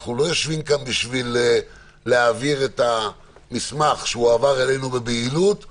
אנחנו לא יושבים כאן בשביל להעביר את המסמך שהועבר אלינו בבהילות,